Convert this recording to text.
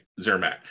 Zermatt